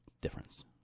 difference